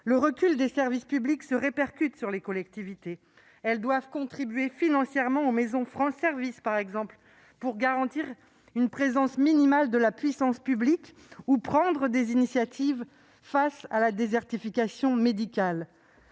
Le recul des services publics se répercute sur les collectivités. Celles-ci doivent par exemple contribuer au financement des maisons France Service pour garantir une présence minimale de la puissance publique, ou encore prendre des initiatives face à la désertification médicale.